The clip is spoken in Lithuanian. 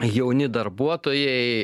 jauni darbuotojai